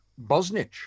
Bosnich